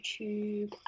YouTube